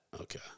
Okay